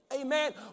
Amen